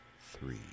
three